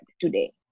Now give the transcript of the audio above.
today